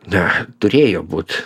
na turėjo būt